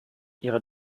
ihre